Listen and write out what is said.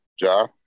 Ja